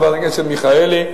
חברת הכנסת מיכאלי,